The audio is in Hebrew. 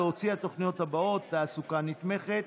להוציא את התוכניות הבאות: תעסוקה נתמכת,